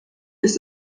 ist